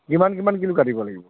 কিমান কিমান কিলো কাটিব লাগিব